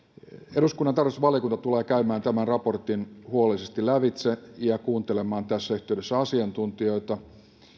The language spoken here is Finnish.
eduskunnan tarkastusvaliokunta tulee käymään tämän raportin huolellisesti lävitse ja kuuntelemaan tässä yhteydessä asiantuntijoita